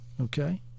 Okay